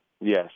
yes